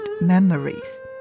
memories